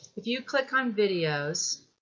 if you click on videos